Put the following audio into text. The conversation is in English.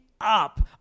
up